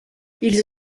ils